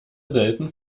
selten